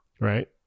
right